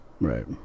Right